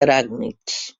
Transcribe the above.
aràcnids